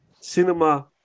cinema